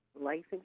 life